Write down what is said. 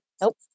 Nope